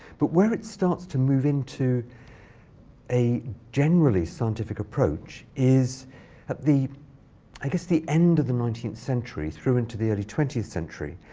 but where it starts to move into a generally scientific approach is at the i guess the end of the nineteenth century, into the early twentieth century.